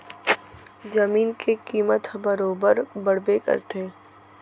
जमीन के कीमत ह बरोबर बड़बे करथे